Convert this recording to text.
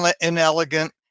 inelegant